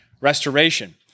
restoration